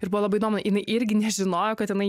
ir buvo labai įdomu jinai irgi nežinojo kad jinai